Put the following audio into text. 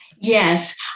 Yes